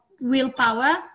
willpower